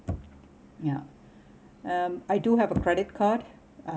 yeah um I do have a credit card uh